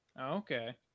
Okay